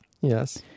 Yes